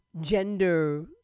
gender